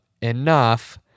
enough